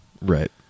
Right